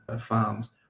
farms